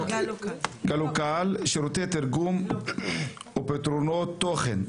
גלוקל, שירותי תרגום ופתרונות תוכן.